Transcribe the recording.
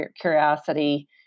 curiosity